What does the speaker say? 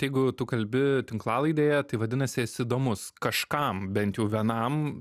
tai jeigu tu kalbi tinklalaidėje tai vadinasi esi įdomus kažkam bent jau vienam